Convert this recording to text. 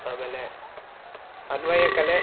ಆಮೇಲೆ ಅನ್ವಯಕಲೆ